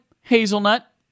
Hazelnut